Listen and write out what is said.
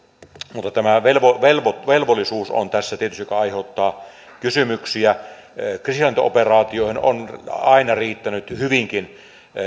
mutta tämä velvollisuus on tässä tietysti se joka aiheuttaa kysymyksiä kriisinhallintaoperaatioihin on aina riittänyt hyvinkin